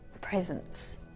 presence